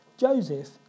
Joseph